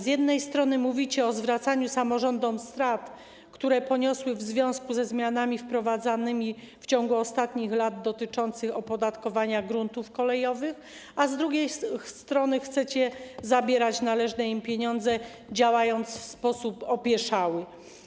Z jednej strony mówicie o rekompensowaniu samorządom strat, które poniosły w związku ze zmianami wprowadzanymi w ciągu ostatnich lat dotyczącymi opodatkowania gruntów kolejowych, a z drugiej strony chcecie zabierać należne im pieniądze, działając w sposób opieszały.